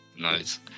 Nice